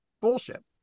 bullshit